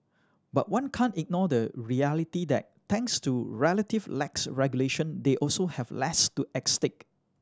but one can't ignore the reality that thanks to relative lax regulation they also have less to at stake